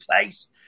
place